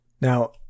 Now